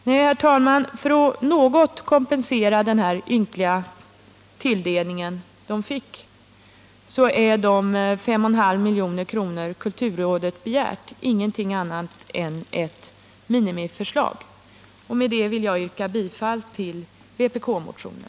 Nej, herr talman, när det gäller att något kompensera den ynkliga tilldelning man fick är de 5,5 milj.kr. kulturrådet begärt ingenting annat än ett minimiförslag. Med detta vill jag yrka bifall till vpk-motionen.